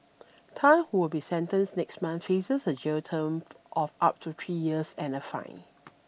Tan who will be sentenced next month faces a jail term of up to three years and a fine